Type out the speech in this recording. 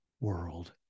world